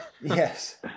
Yes